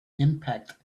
impact